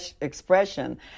expression